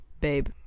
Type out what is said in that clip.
babe